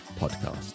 Podcast